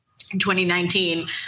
2019